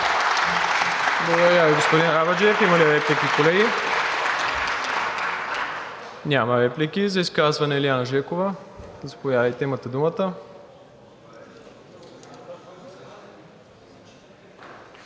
Благодаря Ви, господин Арабаджиев. Има ли реплики, колеги? Няма. За изказване – Илиана Жекова. Заповядайте, имате думата.